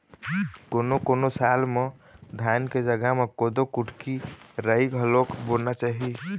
कोनों कोनों साल म धान के जघा म कोदो, कुटकी, राई घलोक बोना चाही